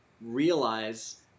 realize